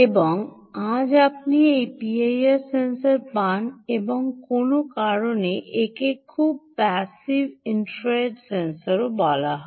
এবং আজ আপনি এই পিআইআর পান এবং কোনও কারণে একে খুব প্যাসিভ ইনফ্রারেড সেন্সর বলা হয়